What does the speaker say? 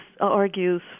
argues